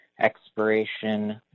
Expiration